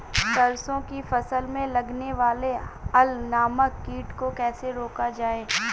सरसों की फसल में लगने वाले अल नामक कीट को कैसे रोका जाए?